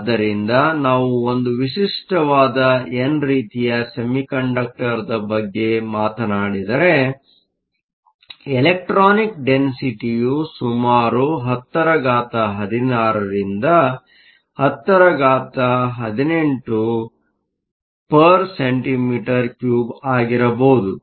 ಆದ್ದರಿಂದ ನಾವು ಒಂದು ವಿಶಿಷ್ಟವಾದ ಎನ್ ರೀತಿಯ ಸೆಮಿಕಂಡಕ್ಟರ್ನ ಬಗ್ಗೆ ಮಾತನಾಡಿದರೆ ಎಲೆಕ್ಟ್ರಾನಿಕ್ ಡೆನ್ಸಿಟಿಯು ಸುಮಾರು 1016 ರಿಂದ 1018 cm 3 ಆಗಿರಬಹುದು